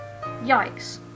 Yikes